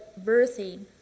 birthing